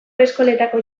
eskoletako